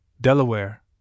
Delaware